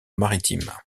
maritime